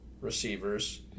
receivers